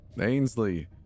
Ainsley